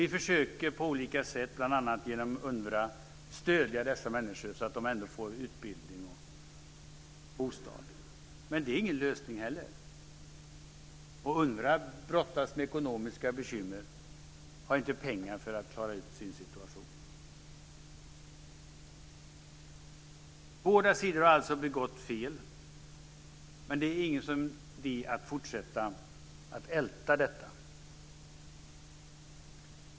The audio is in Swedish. Vi försöker på olika sätt, bl.a. genom UNWRA, att stödja dessa människor så att de ändå får utbildning och bostad. Men det är heller ingen lösning. UNWRA brottas med ekonomiska bekymmer och har inte pengar för att klara ut sin situation. Båda sidor har alltså begått fel, men det är ingen idé att fortsätta att älta detta.